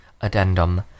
Addendum